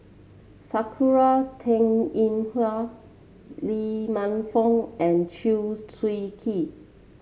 Sakura Teng Ying Hua Lee Man Fong and Chew Swee Kee